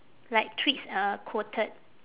like treats uh quoted